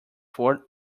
fore